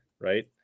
right